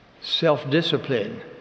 self-discipline